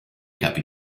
capi